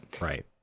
Right